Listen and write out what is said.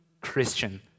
Christian